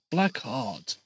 Blackheart